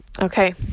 okay